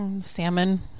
Salmon